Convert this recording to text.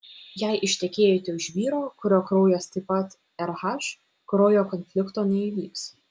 jei ištekėjote už vyro kurio kraujas taip pat rh kraujo konflikto neįvyks